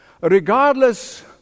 regardless